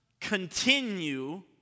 continue